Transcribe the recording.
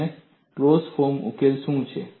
અને closed form ઉકેલ શું છે